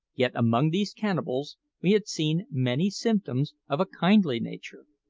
yet among these cannibals we had seen many symptoms of a kindly nature.